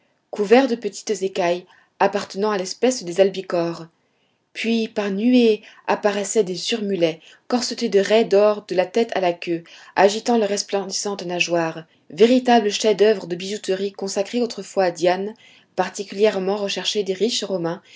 couverts de petites écailles appartenant à l'espèce des albicores puis par nuées apparaissent des surmulets corsetés de raies d'or de la tête à la queue agitant leurs resplendissantes nageoires véritables chefs-d'oeuvre de bijouterie consacrés autrefois à diane particulièrement recherchés des riches romains